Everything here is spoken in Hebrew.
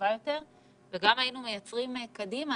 וטובה יותר וגם היינו מייצרים קדימה,